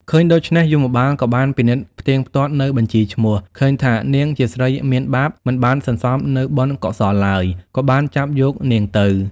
ឃើញដូច្នោះយមបាលក៏បានពិនិត្យផ្តៀងផ្ទាត់នៅបញ្ជីឈ្មោះ ឃើញថានាងជាស្រីមានបាប មិនបានសន្សំនូវបុណ្យកុសលឡើយ ក៏បានចាប់យកនាងទៅ។